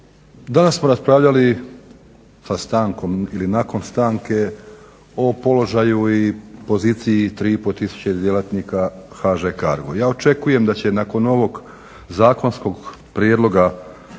Danas smo raspravljali sa stankom ili nakon stanke o položaju i poziciji 3,5 tisuće djelatnika HŽ CARGO. Ja očekujem da će nakon ovog zakonskog prijedloga